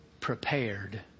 prepared